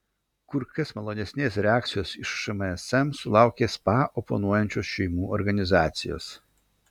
kur kas malonesnės reakcijos iš šmsm sulaukė spa oponuojančios šeimų organizacijos